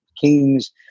kings